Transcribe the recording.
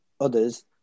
Others